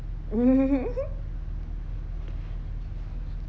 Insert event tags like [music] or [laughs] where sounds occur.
[laughs]